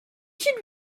should